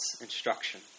instruction